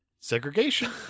Segregation